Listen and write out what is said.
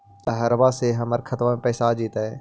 बहरबा से हमर खातबा में पैसाबा आ जैतय?